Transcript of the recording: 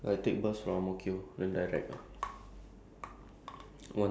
four stops to Bishan then one stop to Ang-Mo-Kio